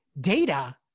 data